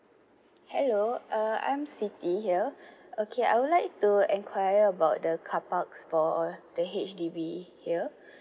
hello uh I'm siti here okay I would like to inquire about the carparks for the H_D_B here